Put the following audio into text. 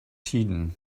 tiden